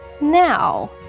now